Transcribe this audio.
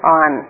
on